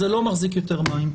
זה לא מחזיק יותר מים.